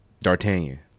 D'Artagnan